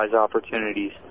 opportunities